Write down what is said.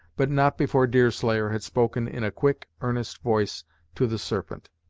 but not before deerslayer had spoken in a quick, earnest voice to the serpent,